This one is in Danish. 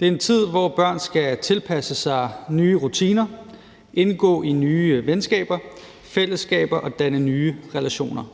Det er en tid, hvor børn skal tilpasse sig nye rutiner, indgå i nye venskaber og fællesskaber og danne nye relationer.